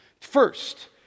First